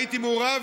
והייתי מעורב,